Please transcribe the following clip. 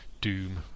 Doom